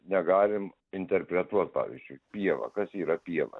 negalim interpretuot pavyzdžiui pieva kas yra pieva